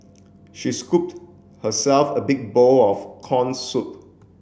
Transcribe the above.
she scooped herself a big bowl of corn soup